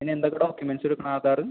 പിന്നെ എന്തൊക്കെ ഡോക്യുമെൻറ്സ് എടുക്കണം ആധാർ